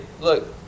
look